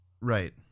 Right